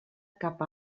cap